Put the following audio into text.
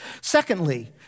Secondly